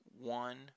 one